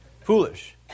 Foolish